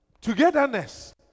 Togetherness